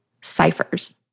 ciphers